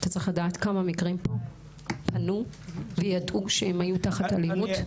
אתה צריך לדעת כמה מקרים פנו וידעו שהן היו תחת אלימות.